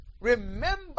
Remember